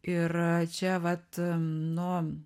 ir čia vat nu